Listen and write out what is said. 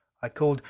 i called,